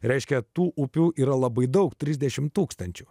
reiškia tų upių yra labai daug trisdešimt tūkstančių